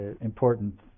important